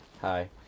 Hi